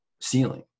ceiling